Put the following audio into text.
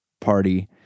Party